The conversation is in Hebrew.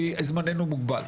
כי זמננו מוגבל.